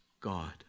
God